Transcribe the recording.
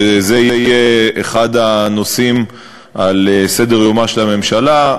שזה יהיה אחד הנושאים על סדר-יומה של הממשלה.